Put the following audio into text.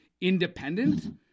independent